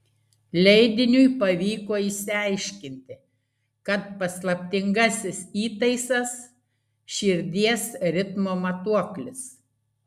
leidiniui pavyko išsiaiškinti kad paslaptingasis įtaisas širdies ritmo matuoklis